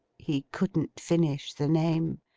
he couldn't finish the name.